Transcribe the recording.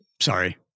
Sorry